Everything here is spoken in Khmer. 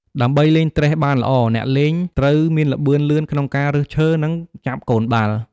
ដើម្បីលេងត្រេះបានល្អ អ្នកលេងត្រូវមានល្បឿនលឿនក្នុងការរើសឈើ និងចាប់កូនបាល់។